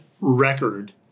record